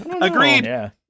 Agreed